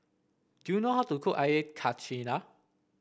do you know how to cook Air Karthira